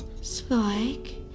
Spike